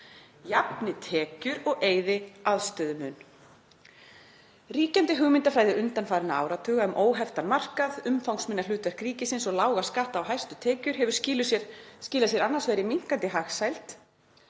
jafni tekjur og eyði aðstöðumun. Ríkjandi hugmyndafræði undanfarinna áratuga um óheftan markað, umfangsminna hlutverk ríkisins og lága skatta á hæstu tekjur hefur skilað sér annars vegar í minnkandi hagsæld